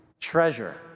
treasure